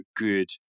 good